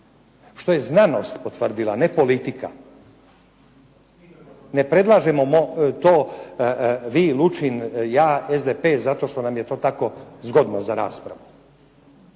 što je znanost potvrdila ne politika, ne predlažemo vi, Lučin, ja, SDP zato što nam je to tako zgodno za raspravu.